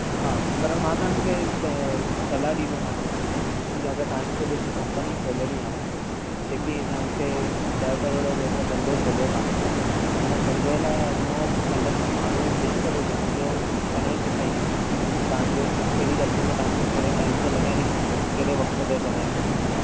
हा पर मां तव्हांखे स सलाह ॾींदोमांव की अगरि तव्हांखे जेको कंपनी खोलणी आहे जेकी तव्हांखे ॾह करोड़ जो जेको धंधो खोलियो था हुन धंधे लाइ असां वटि अलॻि सां माण्हू हूंदा आहिनि जेको धंधो करणु सेखारींदा आहिनि कि तव्हांजो कहिड़ी रक़म तव्हांखे कहिड़े टाइम ते लॻाइणी खपे कहिड़े वक़्त ते लॻाइणु खपे